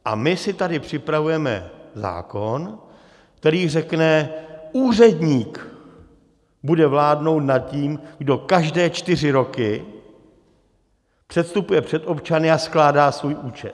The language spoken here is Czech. A my si tady připravujeme zákon, který řekne: úředník bude vládnout nad tím, kdo každé čtyři roky předstupuje před občany a skládá svůj účet.